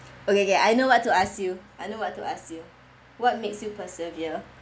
okay okay I know what to ask you I know what to ask you what makes you persevere